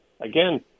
again